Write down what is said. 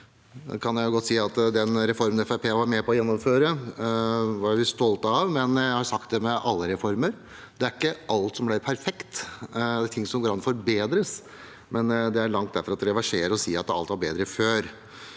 Fremskrittspartiet var med på å gjennomføre, var vi stolte av. Men jeg har sagt det om alle reformer: Det er ikke alt som blir perfekt. Det er ting som går an å forbedres, men det er langt derfra til å reversere og si at alt var bedre før.